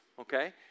okay